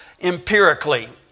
empirically